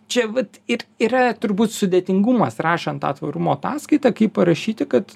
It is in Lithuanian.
čia vat ir yra turbūt sudėtingumas rašant tą tvarumo ataskaitą kaip parašyti kad